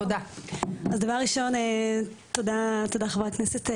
תודה, חברת הכנסת מירב.